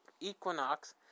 equinox